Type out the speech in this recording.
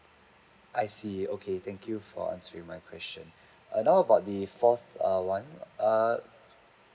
I see okay thank you for answering my question err how about the fourth err one err